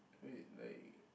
wait like